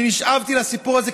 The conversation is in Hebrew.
נשאבתי לסיפור הזה,